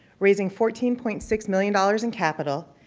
raising fourteen point six million dollars in capital,